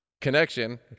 connection